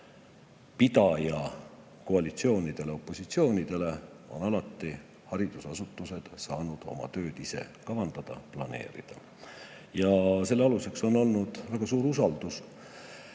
pidaja koalitsioonidest‑opositsioonidest on alati haridusasutused saanud oma tööd ise kavandada, planeerida. Selle aluseks on olnud väga suur usaldus